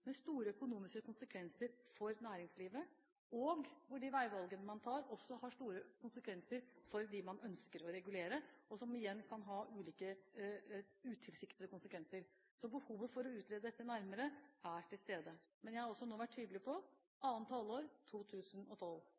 med store økonomiske konsekvenser for næringslivet, og hvor de veivalgene man tar, også har store konsekvenser for dem man ønsker å regulere, som igjen kan ha ulike utilsiktede konsekvenser. Så behovet for å utrede dette nærmere er til stede. Men jeg har altså nå vært tydelig på annet halvår 2012.